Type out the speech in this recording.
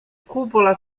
cupola